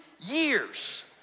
years